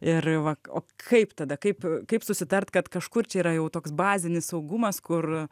ir va o kaip tada kaip kaip susitart kad kažkur čia yra jau toks bazinis saugumas kur